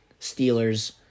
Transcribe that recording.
Steelers